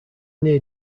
near